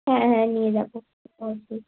হ্যাঁ হ্যাঁ নিয়ে যাবো অবশ্যই